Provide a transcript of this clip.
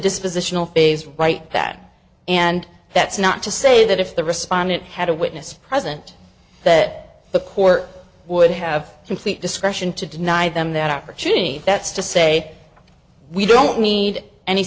dispositional phase right back and that's not to say that if the respondent had a witness present that the court would have complete discretion to deny them that opportunity that's to say we don't need any